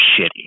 shitty